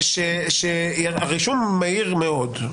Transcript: הרישום מהיר מאוד,